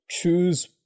choose